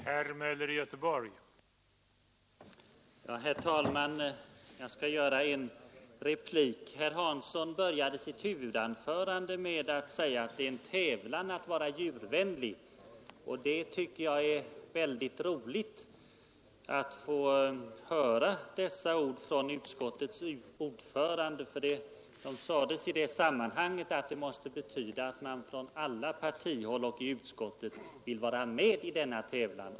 Herr talman! Herr Hansson i Skegrie började sitt huvudanförande med att säga att här är alla besjälade av tanken att vara djurvänliga. Det var roligt att få höra dessa ord från utskottets ordförande, ty de sades i ett sådant sammanhang att det måste betyda att man från alla partier i utskottet tydligen vill vara med i denna tävlan.